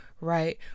right